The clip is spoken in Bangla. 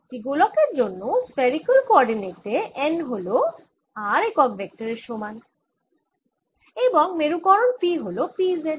একটি গোলকের জন্য স্ফেরিকাল কোঅরডিনেটে n হল r একক ভেক্টরের সমান n হল r একক ভেক্টরের সমান এবং মেরুকরণ P হল P z